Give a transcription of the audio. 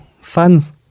fans